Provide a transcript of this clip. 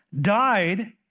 died